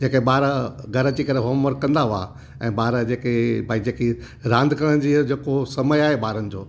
जेके ॿार घर अची करे होमवर्क कंदा हुआ ऐं ॿार जेके भई जेकी रांदि करण जी जेको समय आहे ॿारनि जो